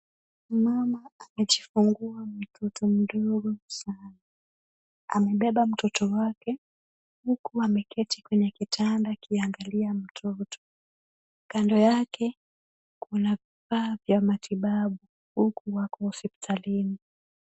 Mama amejifungua mtoto mdogo sana. Amebeba mtoto wake. huku ameketi kwenye kitanda ya kulea mtoto. Kando yake kuna vifaa vya matibabu huku wako hospitalini.